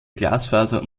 glasfaser